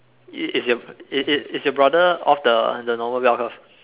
is is your is is is your brother of the the normal bell curve